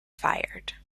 fired